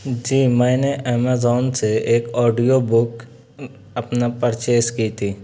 جی میں نے ایمازون سے ایک آڈیو بک اپنا پرچیز کی تھی